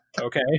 okay